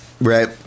right